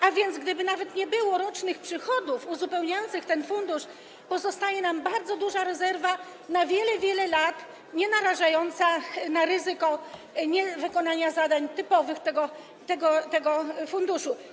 A więc gdyby nawet nie było rocznych przychodów uzupełniających ten fundusz, pozostaje nam bardzo duża rezerwa na wiele, wiele lat, nienarażająca na ryzyko niewykonania zadań typowych dla tego funduszu.